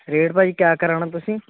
rate ਭਾ ਜੀ ਕਿਆ ਕਰਾਉਣਾ ਤੁਸੀਂ